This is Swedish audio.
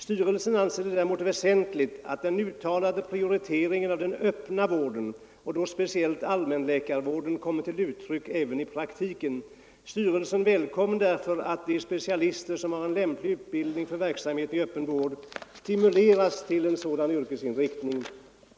Styrelsen anser det däremot väsentligt att den uttalade prioriteringen av den öppna vården och då speciellt allmänläkarvården kommer till uttryck även i praktiken. Styrelsen välkomnar därför att de specialister, som har en lämplig utbildning för verksamhet i öppen vård, stimuleras till sådan yrkesinriktning.